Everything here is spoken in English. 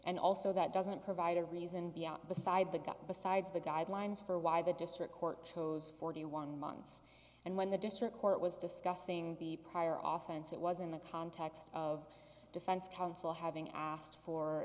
and also that doesn't provide a reason beyond beside the got besides the guidelines for why the district court chose forty one months and when the district court was discussing the prior often see it was in the context of defense counsel having asked for